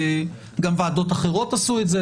גם ועדות אחרות עשו את זה,